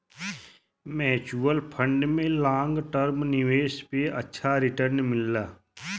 mutual fund में long term निवेश पे अच्छा रीटर्न मिलला